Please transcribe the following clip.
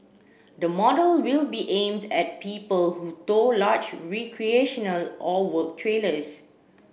the model will be aimed at people who tow large recreational or work trailers